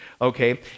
okay